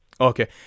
Okay